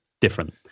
different